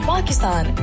Pakistan